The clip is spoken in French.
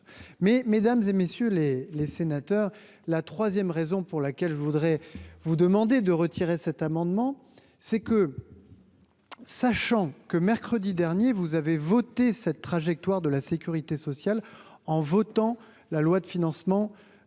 mais mesdames et messieurs les les sénateurs, la 3ème, raison pour laquelle je voudrais vous demander de retirer cet amendement c'est que sachant que mercredi dernier, vous avez voté cette trajectoire de la sécurité sociale en votant la loi de financement.